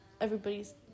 everybody's